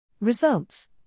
Results